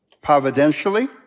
providentially